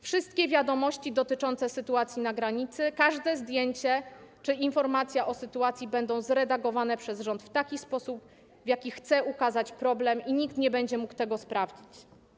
Wszystkie wiadomości dotyczące sytuacji na granicy, każde zdjęcie czy informacja o sytuacji będą zredagowane przez rząd w taki sposób, w jaki chce ukazać problem, i nikt nie będzie mógł tego sprawdzić.